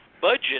budget